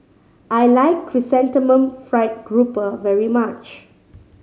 I like Chrysanthemum Fried Grouper very much